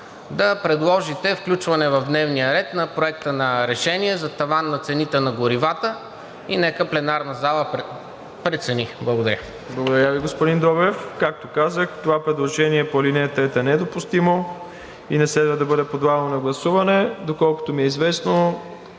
да предложите включване в дневния ред на Проекта на решение за таван на цените на горивата и нека пленарната зала прецени. Благодаря. ПРЕДСЕДАТЕЛ МИРОСЛАВ ИВАНОВ: Благодаря Ви, господин Добрев. Както казах, това предложение по ал. 3 е недопустимо и не следва да бъде подлагано на гласуване. Доколкото ми е известно,